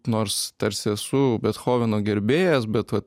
nors tarsi esu betchoveno gerbėjas bet vat